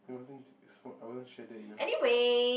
I wasn't I wasn't shredded enough